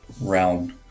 round